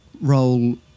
role